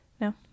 No